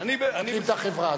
של להחרים את החברה.